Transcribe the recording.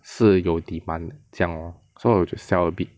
是有 demand 的这样 lor so we just sell a bit